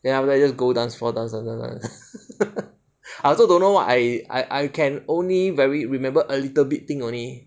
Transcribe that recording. then after that just go dance floor dance dance dance dance I also don't what I I I can only very remember a little bit thing only